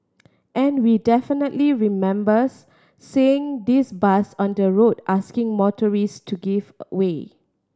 and we definitely remembers seeing this bus on the road asking motorists to give away